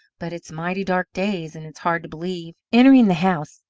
but it's mighty dark days, and it's hard to believe. entering the house,